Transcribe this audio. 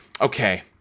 okay